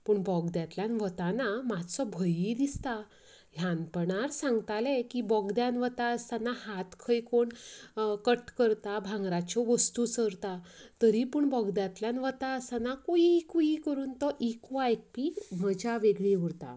पूण बोगद्यांतल्यान वताना मात्सो भंयूय दिसता ल्हानपणांत सांगतले की बोगद्यान वता आसतना हात खंय कोण कट करता भांगराच्यों वस्तू चोरता तरी पूण बोगद्यांतल्यान वता आसतना कूय कूय करून तो इको आयकपी मज्जा वेगळी उरता